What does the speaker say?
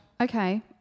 Okay